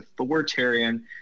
authoritarian